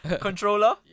Controller